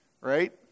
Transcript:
right